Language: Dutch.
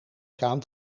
kraan